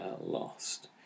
lost